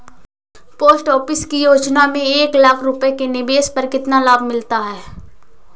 Post office की योजना में एक लाख रूपए के निवेश पर कितना लाभ मिलता है?